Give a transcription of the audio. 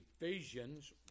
Ephesians